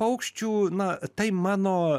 paukščių na tai mano